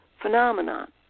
phenomenon